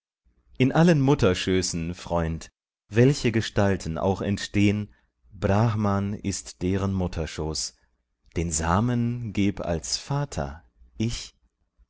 in allen mutterschößen freund welche gestalten auch entstehn brahman ist deren mutterschoß den samen geb als vater ich